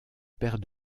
paire